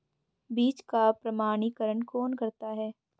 बीज का प्रमाणीकरण कौन करता है?